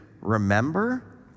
remember